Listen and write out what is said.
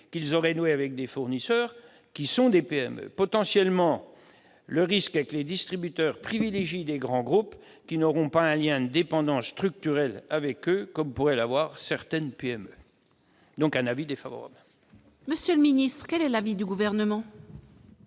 qu'ils auraient nouées avec des fournisseurs qui sont des PME. Potentiellement, le risque est que les distributeurs privilégient des grands groupes qui n'auront pas un lien de dépendance « structurelle » avec eux, contrairement à certaines PME. Par conséquent, l'avis est défavorable sur cet amendement. Quel est l'avis du Gouvernement ?